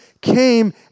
came